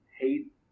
hate